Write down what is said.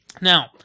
Now